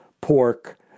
pork